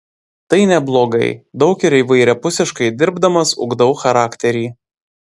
tai neblogai daug ir įvairiapusiškai dirbdamas ugdau charakterį